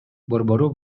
борбору